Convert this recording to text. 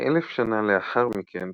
כאלף שנה לאחר מכן,